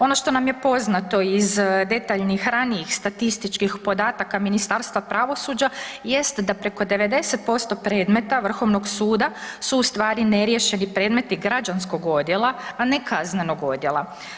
Ono što nam je poznato iz detaljnih ranijih statističkih podataka Ministarstva pravosuđa jest da preko 90% predmeta vrhovnog suda su u stvari neriješeni predmeti građanskog odjela, a ne kaznenog odjela.